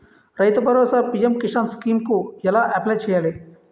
రైతు Bharosa PM Kisan scheme కు ఎలా అప్లయ్ చేయాలి?